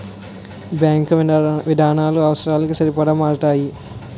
bank విధానాలు అవసరాలకి సరిపడా మారతాయి